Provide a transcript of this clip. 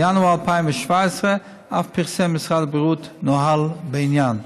בינואר 2017 אף פרסם משרד הבריאות נוהל בעניין.